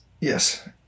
Yes